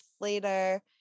later